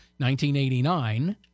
1989